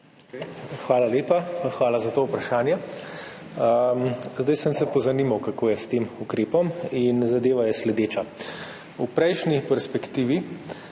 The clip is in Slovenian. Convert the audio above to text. Hvala lepa. Hvala za to vprašanje. Zdaj sem se pozanimal, kako je s tem ukrepom, in zadeva je sledeča. V prejšnji perspektivi